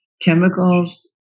chemicals